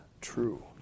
true